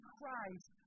Christ